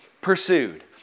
pursued